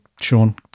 sean